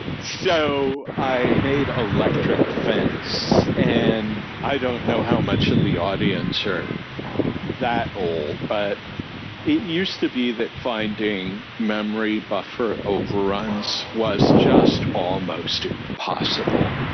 so, i made electric fence, and i don't know how much of the audience are that old. but it used to be that finding memory buffer overruns was just almost impossible.